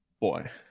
Boy